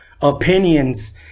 opinions